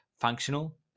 functional